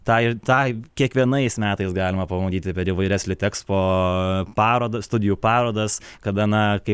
tą ir tą kiekvienais metais galima pamatyti per įvairias litexpoo parodas studijų parodas kada na kaip